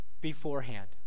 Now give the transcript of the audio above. beforehand